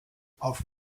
auf